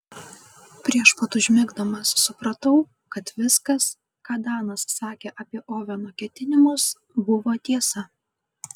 prieš pat užmigdamas supratau kad viskas ką danas sakė apie oveno ketinimus buvo tiesa